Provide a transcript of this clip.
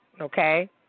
okay